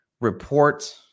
report